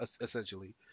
essentially